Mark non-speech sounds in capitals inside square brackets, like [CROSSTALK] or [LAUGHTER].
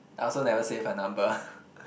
I also never save her number [LAUGHS]